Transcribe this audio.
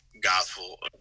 gospel